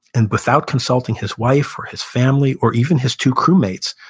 and without consulting his wife or his family or even his two crew-mates,